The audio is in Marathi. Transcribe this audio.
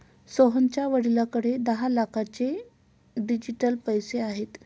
सोहनच्या वडिलांकडे दहा लाखांचे डिजिटल पैसे आहेत